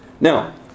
Now